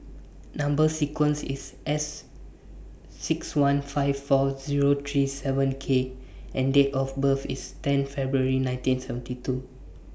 Number sequence IS S six one five four Zero three seven K and Date of birth IS ten February nineteen seventy two